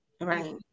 Right